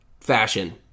fashion